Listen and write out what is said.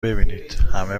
ببینیدهمه